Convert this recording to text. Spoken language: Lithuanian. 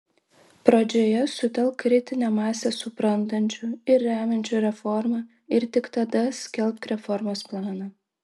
pradžioje sutelk kritinę masę suprantančių ir remiančių reformą ir tik tada skelbk reformos planą